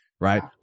Right